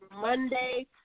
Monday